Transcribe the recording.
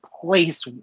place